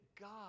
God